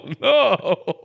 no